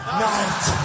night